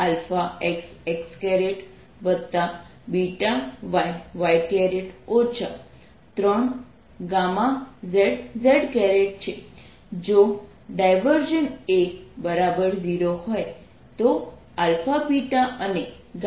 A0 હોય તો α β અને γ વચ્ચે શું સંબંધ છે